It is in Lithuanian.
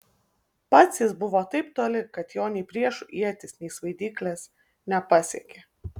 pats jis buvo taip toli kad jo nei priešų ietys nei svaidyklės nepasiekė